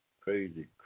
crazy